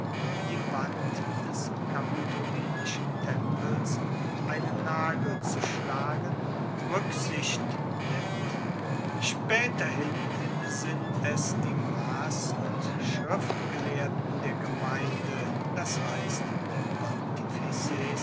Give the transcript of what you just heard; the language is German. in die wand des kapitolinischen tempels einen nagel zu schlagen ruecksicht nimmt spaeterhin sind es die mass und schriftgelehrten der gemeinde das heisst die